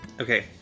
Okay